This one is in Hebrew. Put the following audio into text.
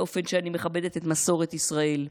באופן שאני מכבדת את מסורת ישראל.